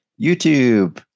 YouTube